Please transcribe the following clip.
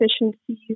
efficiencies